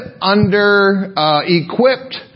under-equipped